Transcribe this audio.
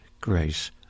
grace